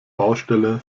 baustelle